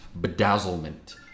bedazzlement